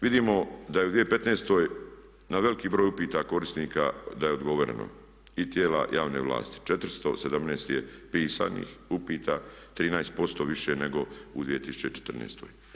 Vidimo da je u 2015. na veliki upita korisnika da je odgovoreno i tijela javne vlasti 417 je pisanih upita, 13% više nego u 2014.